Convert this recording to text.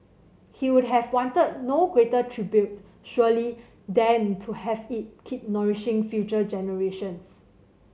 he would have wanted no greater tribute surely than to have it keep nourishing future generations